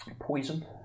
Poison